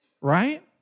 right